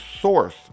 source